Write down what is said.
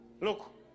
Look